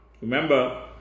remember